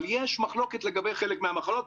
אבל יש מחלוקת לגבי חלק מהמחלות.